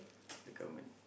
the government